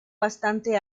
bastante